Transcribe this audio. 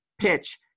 PITCH